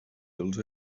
els